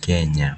Kenya.